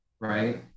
right